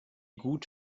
gut